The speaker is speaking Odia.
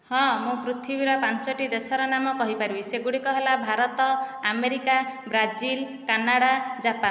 ହଁ ମୁଁ ପୃଥିବୀର ପାଞ୍ଚୋଟି ଦେଶର ନାମ କହିପାରିବି ସେଗୁଡ଼ିକ ହେଲା Bharat America Brazil Canada Japan